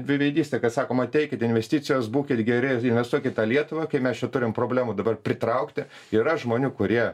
dviveidystė kas sakoma teikit investicijas būkit geri investuokit tą lietuvą kai mes čia turim problemų dabar pritraukti yra žmonių kurie